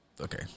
Okay